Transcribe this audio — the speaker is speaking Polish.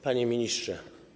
Panie Ministrze!